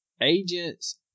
agents